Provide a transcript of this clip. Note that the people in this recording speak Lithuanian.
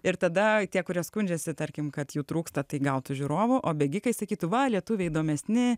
ir tada tie kurie skundžiasi tarkim kad jų trūksta tai gautų žiūrovų o bėgikai sakytų va lietuviai įdomesni